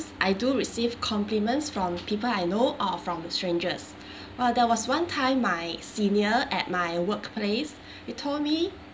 I do receive compliments from people I know or strangers !wah! there was one time my senior at my workplace he told me